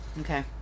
Okay